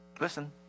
Listen